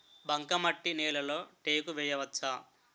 బంకమట్టి నేలలో టేకు వేయవచ్చా?